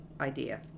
idea